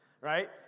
right